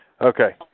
Okay